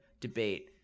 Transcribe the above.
debate